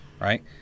right